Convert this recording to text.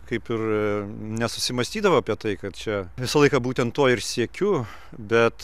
kaip ir nesusimąstydavau apie tai kad čia visą laiką būtent to ir siekiu bet